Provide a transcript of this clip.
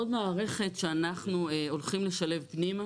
עוד מערכת שאנחנו הולכים לשלב פנימה